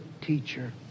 teacher